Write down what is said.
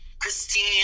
Christine